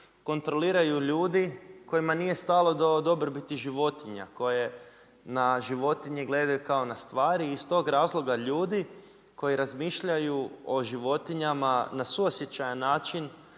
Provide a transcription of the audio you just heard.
kontroliraju ljudi kojima nije stalo do dobrobiti životinja koji na životinje gledaju kao na stvari iz tog razloga ljudi koji razmišljaju o životinjama na suosjećajan način,